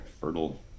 fertile